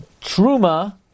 truma